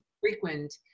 frequent